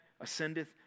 ascendeth